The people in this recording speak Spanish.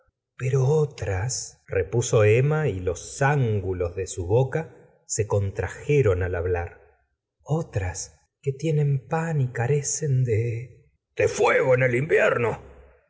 pero otras repuso emma y los ángulos de su boca se contrajeron al hablar otras que tienen pan y carecen de de fuego en el invierno